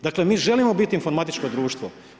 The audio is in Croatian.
Dakle, mi želimo biti informatičko društvo.